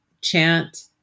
chant